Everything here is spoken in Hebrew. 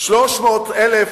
300,000